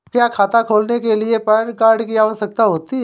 क्या खाता खोलने के लिए पैन कार्ड की आवश्यकता होती है?